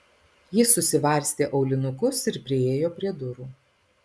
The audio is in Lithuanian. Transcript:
ji susivarstė aulinukus ir priėjo prie durų